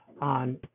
on